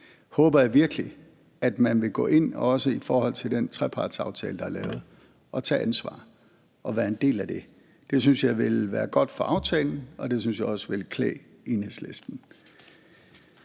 at jeg virkelig håber, at man vil gå ind også i forhold til den trepartsaftale, der er lavet, og tage ansvar og være en del af det. Det synes jeg ville være godt for aftalen, og det synes jeg også ville klæde Enhedslisten.